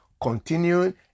continuing